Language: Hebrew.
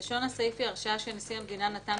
לשון הסעיף היא הרשעה שנשיא המדינה נתן